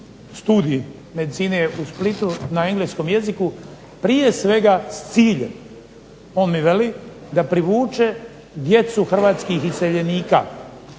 studij medicine u Splitu na engleskom jeziku prije svega s ciljem, on mi veli, da privuče djecu hrvatskih iseljenika.